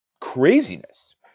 craziness